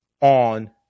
on